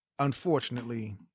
Unfortunately